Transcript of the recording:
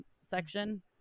section